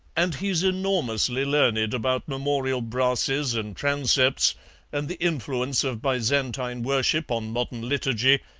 and he's enormously learned about memorial brasses and transepts and the influence of byzantine worship on modern liturgy,